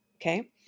Okay